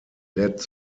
led